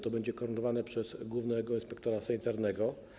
To będzie koordynowane przez głównego inspektora sanitarnego.